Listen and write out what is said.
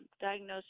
diagnosed